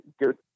good